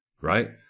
right